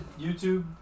YouTube